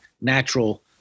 natural